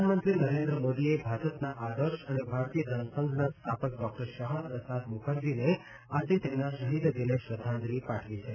પ્રધાનમંત્રી નરેન્દ્ર મોદીએ ભાજપના આદર્શ અને ભારતીય જનસંઘના સ્થાપક ડોકટર શ્યામાપ્રસાદ મુખર્જીને આજે તેમના શહિદ દિને શ્રદ્ધાંજલિ પાઠવી છે